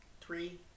three